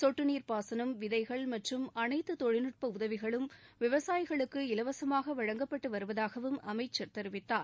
சொட்டு நீர் பாசனம் விதைகள் மற்றும் அனைத்து தொழில்நுட்ப உதவிகளும் விவசாயிகளுக்கு இலவசமாக வழங்கப்பட்டு வருவதாகவும் அமைச்சர் தெரிவித்தார்